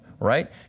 right